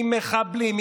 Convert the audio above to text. עם מחבלים,